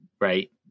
Right